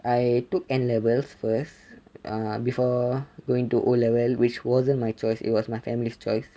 I took N levels first before going to O level which wasn't my choice it was my family's choice